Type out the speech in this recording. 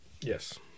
Yes